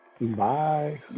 bye